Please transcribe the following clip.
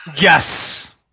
Yes